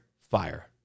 Fire